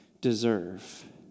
deserve